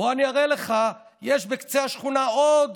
בוא, אני אראה לך, יש בקצה השכונה עוד